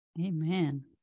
Amen